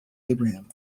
abraham